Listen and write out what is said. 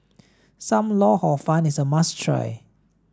Sam Lau Hor Fun is a must try